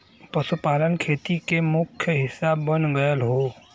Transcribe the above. पशुपालन खेती के मुख्य हिस्सा बन गयल हौ